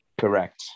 Correct